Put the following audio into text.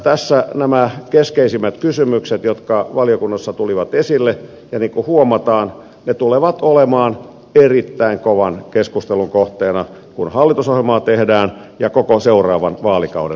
tässä nämä keskeisimmät kysymykset jotka valiokunnassa tulivat esille ja niin kuin huomataan ne tulevat olemaan erittäin kovan keskustelun kohteena kun hallitusohjelmaa tehdään ja koko seuraavan vaalikauden ajan